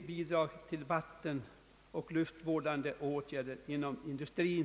Bidrag till vattenoch luftvårdande åtgärder inom industrin. För det ändamålet beslöt riksdagen att anvisa ett reservationsanslag på 50 miljoner kronor.